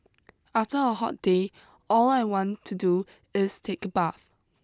after a hot day all I want to do is take a bath